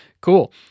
cool